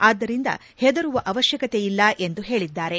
ಆದ್ದರಿಂದ ಹೆದರುವ ಅವಶ್ವಕತೆಯಿಲ್ಲ ಎಂದು ಹೇಳಿದ್ದಾರೆ